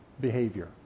behavior